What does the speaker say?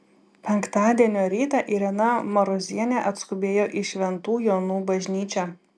penktadienio rytą irena marozienė atskubėjo į šventų jonų bažnyčią